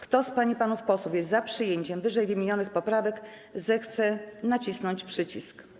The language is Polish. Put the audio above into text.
Kto z pań i panów posłów jest za przyjęciem ww. poprawek, zechce nacisnąć przycisk.